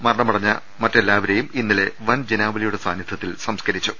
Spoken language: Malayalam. മരണമടഞ്ഞ മറ്റെല്ലാവരേയും ഇന്നലെ വൻ ജനാവലിയുടെ സാന്നി ധ്യത്തിൽ സംസ്കരിച്ചു